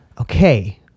Okay